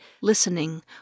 listening